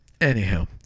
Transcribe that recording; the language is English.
Anyhow